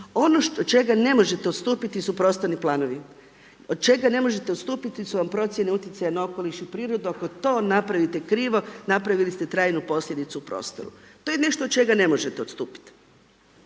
Ono od čega ne možete odstupiti su prostorni planovi. Od čega ne možete odstupiti su vam procjene utjecaja na okoliš i prirodu, ako to napravite krivo napravili ste trajnu posljedicu u prostoru. To je nešto od čega ne možete odstupiti.